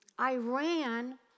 Iran